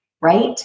right